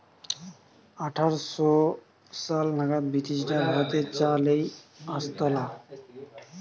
আঠার শ সাল নাগাদ ব্রিটিশরা ভারতে চা লেই আসতালা